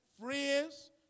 friends